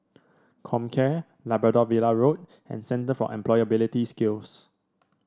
Comcare Labrador Villa Road and Centre for Employability Skills